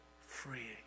freeing